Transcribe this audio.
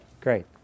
Great